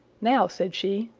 now, said she,